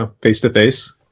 face-to-face